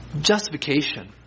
Justification